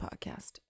podcast